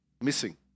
missing